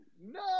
No